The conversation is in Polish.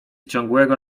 ciągłego